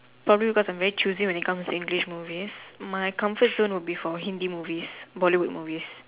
probably because I'm very choosy when it comes to English movies my comfort zone would be for Hindi movies Bollywood movies